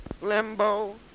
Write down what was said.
Limbo